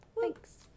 Thanks